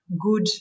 good